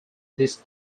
this